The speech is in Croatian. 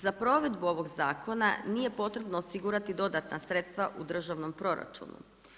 Za provedbu ovog zakona nije potrebno osigurati dodatna sredstva u državnom proračunu.